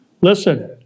listen